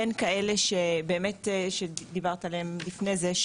בין כאלה שבאמת דיברת עליהם לפני זה,